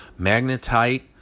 magnetite